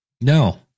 No